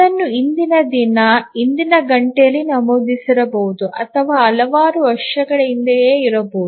ಇದನ್ನು ಹಿಂದಿನ ದಿನ ಹಿಂದಿನ ಗಂಟೆಯಲ್ಲಿ ನಮೂದಿಸಿರಬಹುದು ಅಥವಾ ಹಲವಾರು ವರ್ಷಗಳ ಹಿಂದೆಯೇ ಇರಬಹುದು